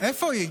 איפה היא?